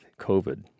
COVID